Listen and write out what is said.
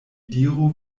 diru